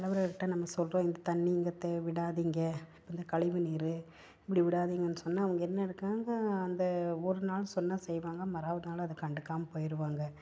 தலைவர்கள்கிட்ட நம்ம சொல்கிறோம் இந்த தண்ணி இங்கே தே விடாதீங்க இந்த கழிவு நீர் இப்படி விடாதீங்கன்னு சொன்னா அவங்க என்ன அந்த ஒரு நாள் சொன்னால் செய்வாங்க மாறாவது நாள் அதை கண்டுக்காமல் போயிருவாங்க